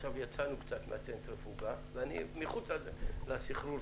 עכשיו יצאנו קצת מהצנטריפוגה וזה מחוץ לסחרור,